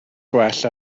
gwell